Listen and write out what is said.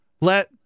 Let